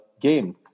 game